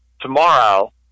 tomorrow